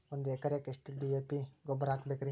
ಒಂದು ಎಕರೆಕ್ಕ ಎಷ್ಟ ಡಿ.ಎ.ಪಿ ಗೊಬ್ಬರ ಹಾಕಬೇಕ್ರಿ?